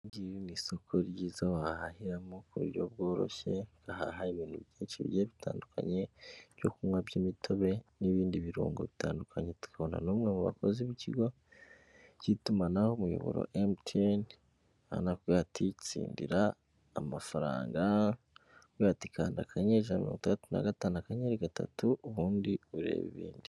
Iri ngiri ni isoko ryiza wahahiramo ku buryo bworoshye, ugahaha ibintu byinshi bigiye bitandukanye, ibyo kunywa by'imitobe n'ibindi birungo bitandukanye, tukabona n'umwe mu bakozi b'ikigo k'itumanaho umuyoboro MTN urabona ko bakubwira bati:"itsindira amafaranga", bakubwira bati: "kanda akanyenyeri ijana na mirongo itandatu na gatanu akanyari gatatu" ubundi urebe ibindi.